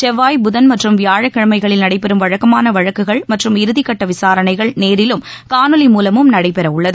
செவ்வாய் புதன் மற்றும் வியாழக்கிழமைகளில் நடைபெறும் வழக்கமான வழக்குகள் மற்றும் இறுதிகட்ட விசாரணைகள் நேரிலும் காணொலி மூலமும் நடைபெறவுள்ளது